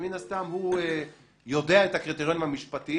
שמן הסתם הוא יודע את הקריטריונים המשפטיים,